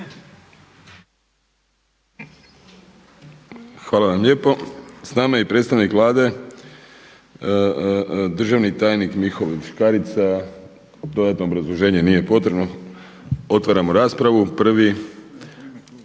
Hvala vam lijepo. Sa nama je i predstavnik Vlade, državni tajnik Mihovil Škarica. Dodatno obrazloženje nije potrebno. Otvaram raspravu. Prvi